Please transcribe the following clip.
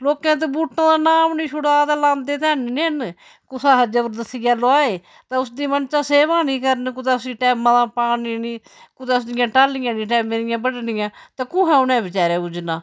लोकें इत्त बूह्टें दा नांऽ बी नी छुड़ा ते लांदे ते हैन नी हैन कुसा हा जबरदस्तिया लोआए तां उसदी मनै च सेवा नी करन कुदै उसी टैमां दा पानी नी कुदै उसदियां टाह्लियां नी टैमें दियां बड्डनियां तां कुत्थैं उ'नें बेचारें उज्जना